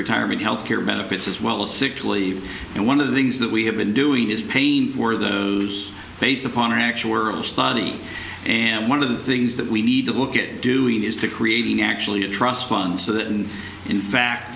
retirement health care benefits as well as sick leave and one of the things that we have been doing is paying for those based upon an actual study and one of the things that we need to look at doing is to creating actually a trust fund so that and in fact